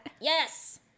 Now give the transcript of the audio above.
Yes